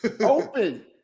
open